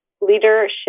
leadership